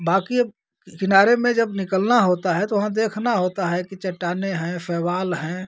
बाकी अब किनारे में जब निकलना होता है तो वहाँ देखना होता है कि चट्टानें हैं शैवाल हैं